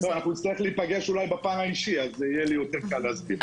אנחנו נצטרך להיפגש אולי בפן האישי ואז יהיה לי יותר קל להסביר.